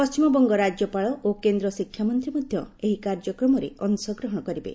ପଶ୍ଚିମବଙ୍ଗ ରାଜ୍ୟପାଳ ଓ କେନ୍ଦ୍ର ଶିକ୍ଷାମନ୍ତ୍ରୀ ମଧ୍ୟ ଏହି କାର୍ଯ୍ୟକ୍ରମରେ ଅଂଶଗ୍ରହଣ କରିବେ